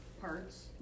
parts